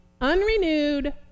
unrenewed